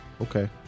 Okay